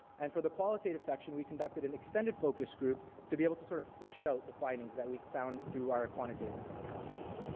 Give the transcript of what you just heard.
and for the qualitative section, we conducted an extended focus group to be able to sort of flesh out the findings that we found through our quantitative analysis.